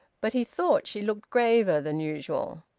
but he thought she looked graver than usual.